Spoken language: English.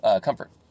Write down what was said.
comfort